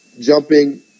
jumping